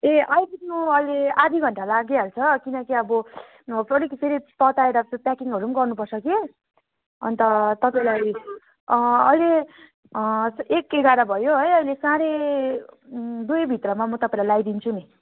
ए आइपुग्नु अहिले आधी घन्टा लागिहाल्छ किनकि अब तताएर प्याकिङहरू पनि गर्नुपर्छ कि अनि त तपाईँलाई अहिले एक एघार भयो है अहिले साढे दुईभित्रमा म तपाईँलाई लाइदिन्छु नि